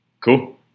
Cool